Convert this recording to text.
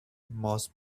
must